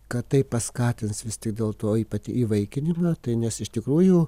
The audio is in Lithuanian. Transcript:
kad tai paskatins vis dėl to ypat įvaikinimą nes iš tikrųjų